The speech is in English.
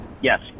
Yes